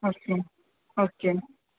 okay okay